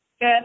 Good